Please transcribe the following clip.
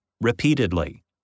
repeatedly